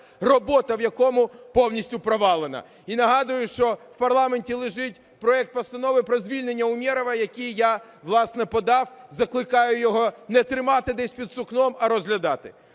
робота в якому повністю провалена. І нагадую, що в парламенті лежить проект Постанови про звільнення Умєрова, який я, власне, подав, закликаю його не тримати десь під сукном, а розглядати.